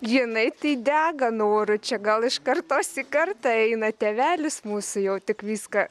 jinai tai dega noru čia gal iš kartos į kartą eina tėvelis mūsų jau tik viską